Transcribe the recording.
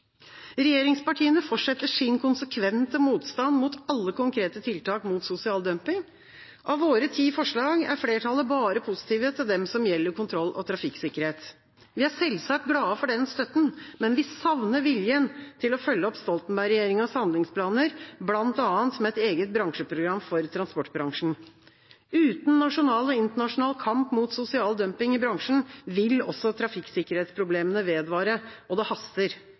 Regjeringspartiene fortsetter sin konsekvente motstand mot alle konkrete tiltak mot sosial dumping. Av våre ti forslag er flertallet bare positive til dem som gjelder kontroll og trafikksikkerhet. Vi er selvsagt glade for den støtten. Men vi savner viljen til å følge opp Stoltenberg-regjeringas handlingsplaner, bl.a. med et eget bransjeprogram for transportbransjen. Uten nasjonal og internasjonal kamp mot sosial dumping i bransjen vil også trafikksikkerhetsproblemene vedvare. Og det haster.